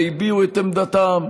והביעו את עמדתם,